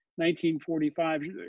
1945